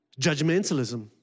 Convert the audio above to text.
judgmentalism